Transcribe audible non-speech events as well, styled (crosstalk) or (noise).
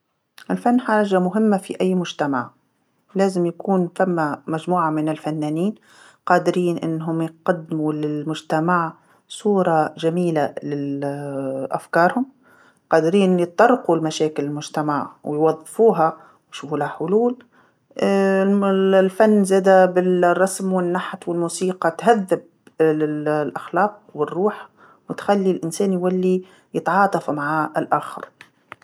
الفن حاجه مهمه في أي مجتمع، لازم يكون ثما مجموعه من الفنانين قادرين أنهم يقدمو للمجتمع صوره جميله لل-أفكارهم، قادرين يطرقو لمشاكل المجتمع ويوظفوها ويشوفولها حلول، (hesitation) الفن زاده بال- الرسم والنحت والموسيقى تهذب الأخلاق والروح، وتخلي الإنسان يولي يتعاطف مع الآخر.